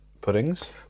puddings